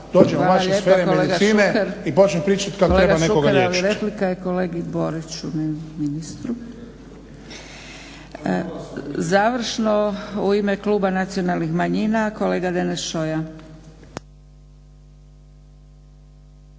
dođem u vaše sfere medicine i počnem pričat kako treba nekoga liječit.